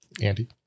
Andy